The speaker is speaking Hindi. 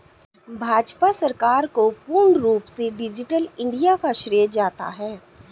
भाजपा सरकार को पूर्ण रूप से डिजिटल इन्डिया का श्रेय जाता है